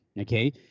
okay